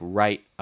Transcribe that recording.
right